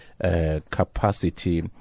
capacity